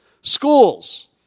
schools